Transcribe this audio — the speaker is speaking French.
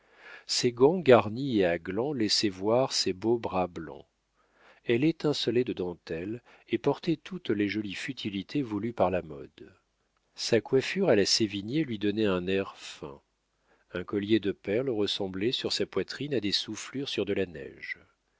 ses gants garnis et à glands laissaient voir ses beaux bras blancs elle étincelait de dentelles et portait toutes les jolies futilités voulues par la mode sa coiffure à la sévigné lui donnait un air fin un collier de perles ressemblait sur sa poitrine à des soufflures sur de la neige